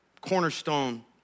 cornerstone